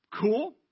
Cool